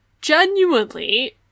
genuinely